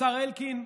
השר אלקין,